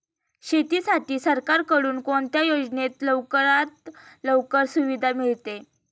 शेतीसाठी सरकारकडून कोणत्या योजनेत लवकरात लवकर सुविधा मिळते?